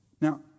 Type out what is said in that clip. Now